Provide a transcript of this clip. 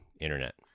internet